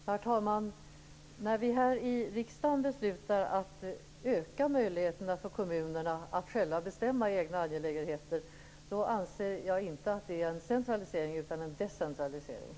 Herr talman! När vi här i riksdagen beslutar att öka möjligheterna för kommunerna att själva bestämma i egna angelägenheter, anser jag inte att det är en centralisering utan en decentralisering.